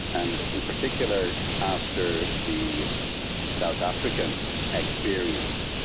and in particular after the south african experience,